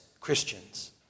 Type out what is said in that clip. Christians